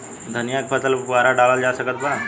धनिया के फसल पर फुहारा डाला जा सकत बा?